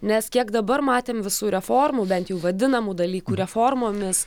nes kiek dabar matėm visų reformų bent jau vadinamų dalykų reformomis